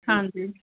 ਹਾਂਜੀ